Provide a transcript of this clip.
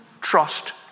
trust